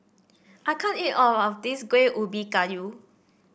I can't eat all of this Kueh Ubi Kayu